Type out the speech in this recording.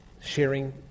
sharing